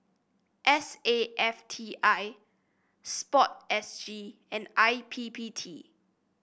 S A F T I sport S G and I P P T